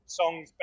songs